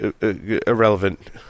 irrelevant